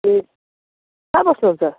ए कहाँ बस्नुहुन्छ